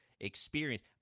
experience